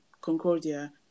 Concordia